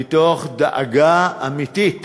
מתוך דאגה אמיתית